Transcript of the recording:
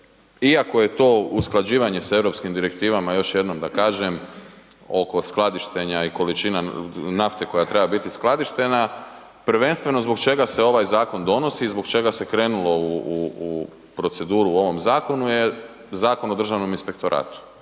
iako je to usklađivanje sa europskim direktivama još jednom da kažem, oko skladištenja i količina nafte koja treba biti skladištena, prvenstveno zbog čega se ovaj zakon donosi i zbog čega se krenulo u proceduru u ovom zakonu jer Zakon o Državnom inspektoratu